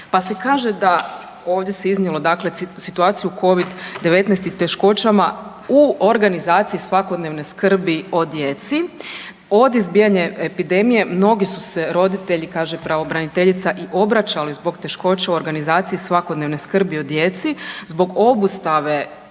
Pa se kaže da ovdje se iznijelo situaciju covid-19 i teškoćama u organizaciji svakodnevne skrbi o djeci, od izbijanja epidemije mnogi su se roditelji kaže pravobraniteljica i obraćali zbog teškoća u organizaciji svakodnevne skrbi o djeci zbog obustave